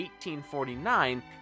1849